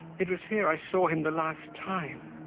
it was here i saw him the last time.